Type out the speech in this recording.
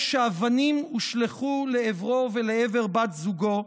שאבנים הושלכו לעברו ולעבר בת זוגו,